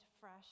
fresh